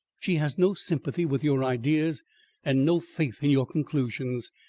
she has no sympathy with your ideas and no faith in your conclusions.